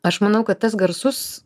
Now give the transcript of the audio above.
aš manau kad tas garsus